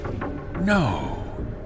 No